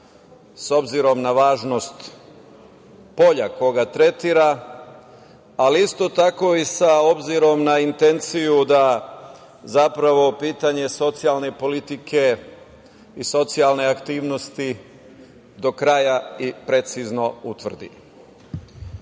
s obzirom na važnost polja koga tretira, ali isto tako i s obzirom na intenciju da, zapravo, pitanje socijalne politike i socijalne aktivnosti do kraja i precizno utvrdi. Jedno